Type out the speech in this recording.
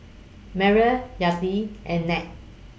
Myrle Yadiel and Ned